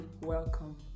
welcome